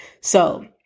so-